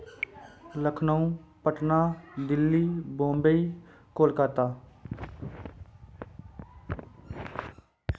Lucknow Patna Delhi Bombay Calcutta